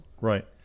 Right